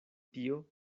tio